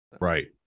Right